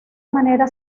manera